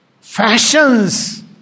fashions